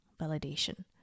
validation